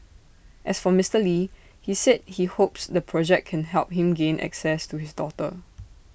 as for Mister lee he said he hopes the project can help him gain access to his daughter